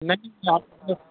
نہیں آپ کو